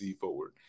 forward